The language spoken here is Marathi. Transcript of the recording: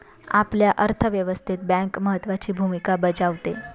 आपल्या अर्थव्यवस्थेत बँक महत्त्वाची भूमिका बजावते